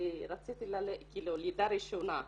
לידה ראשונה.